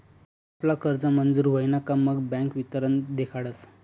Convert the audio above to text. आपला कर्ज मंजूर व्हयन का मग बँक वितरण देखाडस